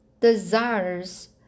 desires